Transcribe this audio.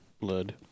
blood